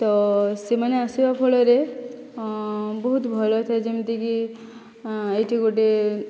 ତ ସେମାନେ ଆସିବା ଫଳରେ ବହୁତ ଭଲ ଥାଏ ଯେମିତିକି ଏଇଠି ଗୋଟିଏ